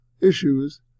issues